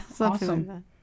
Awesome